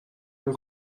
نمی